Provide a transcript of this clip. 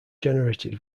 generated